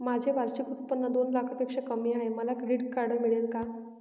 माझे वार्षिक उत्त्पन्न दोन लाखांपेक्षा कमी आहे, मला क्रेडिट कार्ड मिळेल का?